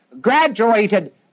graduated